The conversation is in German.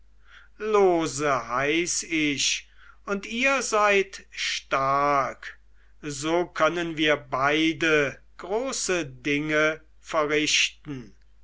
lose heiß ich und ihr seid stark so können wir beide große dinge verrichten